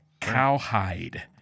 Cowhide